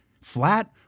flat